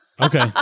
okay